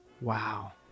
Wow